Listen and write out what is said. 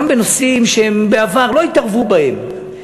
גם בנושאים שבעבר לא התערבו בהם,